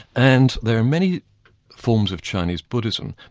and there are many forms of chinese buddhism,